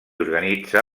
organitza